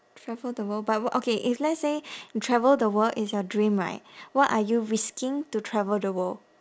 travel the world but wha~ okay if let's say travel the world is your dream right what are you risking to travel the world